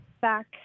back